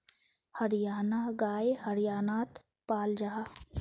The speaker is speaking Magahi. हरयाना गाय हर्यानात पाल जाहा